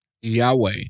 Yahweh